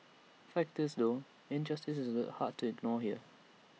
fact is though injustice is hard to ignore here